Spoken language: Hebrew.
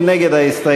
מי נגד ההסתייגות?